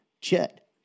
Chet